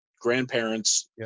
grandparents